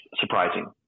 surprising